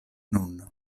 nun